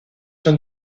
son